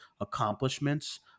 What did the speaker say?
accomplishments